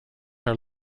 are